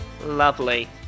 Lovely